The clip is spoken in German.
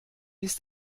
ist